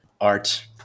art